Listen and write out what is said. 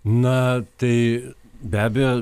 na tai be abejo